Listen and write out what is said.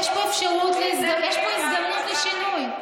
יש פה הזדמנות לשינוי.